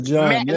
John